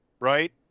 right